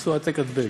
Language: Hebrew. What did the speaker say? יעשו "העתק-הדבק".